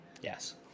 Yes